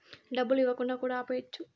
డబ్బులు ఇవ్వకుండా కూడా ఆపేయచ్చు